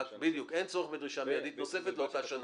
אין צורך בדרישה מידית נוספת לאותה שנה.